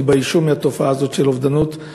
התביישו בגלל התופעה הזו של אובדנות.